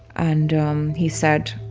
and um he said,